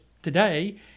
Today